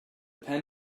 pen